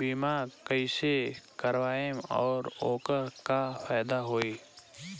बीमा कईसे करवाएम और ओकर का फायदा होई?